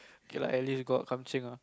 okay lah at least got ah